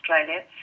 Australia